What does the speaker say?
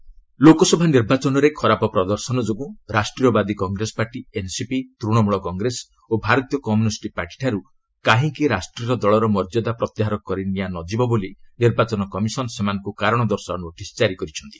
EC notice Lok Sabha ନିର୍ବାଚନରେ ଖରାପ ପ୍ରଦର୍ଶନ ଯୋଗୁଁ ରାଷ୍ଟ୍ରୀୟବାଦୀ କଂଗ୍ରେସ ପାର୍ଟି ଏନ୍ସିପି ତୂଶମଳ କଂଗ୍ରେସ ଓ ଭାରତୀୟ କମ୍ୟୁନିଷ୍ଟ ପାର୍ଟିଠାରୁ କାହିଁକି ରାଷ୍ଟ୍ରୀୟ ଦଳର ମର୍ଯ୍ୟାଦା ପ୍ରତ୍ୟାହାର କରି ନିଆ ନ ଯିବ ବୋଲି ନିର୍ବାଚନ କମିଶନ ସେମାନଙ୍କୁ କାରଣ ଦର୍ଶାଅ ନୋଟିସ୍ କାରି କରିଛନ୍ତି